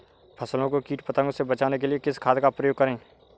फसलों को कीट पतंगों से बचाने के लिए किस खाद का प्रयोग करें?